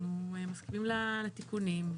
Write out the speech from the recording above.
אנחנו מסכימים לתיקונים.